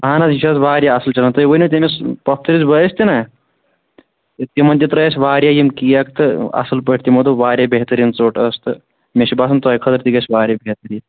اَہَن حظ یہِ چھِ حظ واریاہ اَصٕل چَلان تُہۍ ؤنِو تٔمِس پۄپھتٕر بٲیِس تہِ نا تِمَن تہِ ترٛٲے آسہِ واریا یِم کیک تہٕ اَصٕل پٲٹھۍ تِمو دۆپ واریاہ بہتریٖن ژۆٹ ٲسۍ تہٕ مےٚ چھِ باسان تۅہہِ خٲطر تہِ گژھِ واریاہ بہتریٖن